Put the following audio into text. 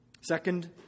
Second